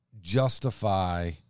justify